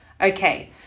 okay